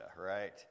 right